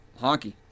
Honky